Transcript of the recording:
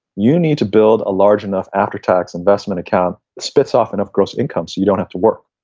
you need to build a large enough after tax investment account, spits off enough gross income so you don't have to work.